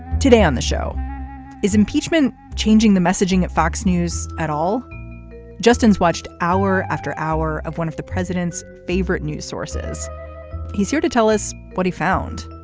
today on the show is impeachment. changing the messaging at fox news at all justin's watched hour after hour of one of the president's favorite news sources he's here to tell us what he found.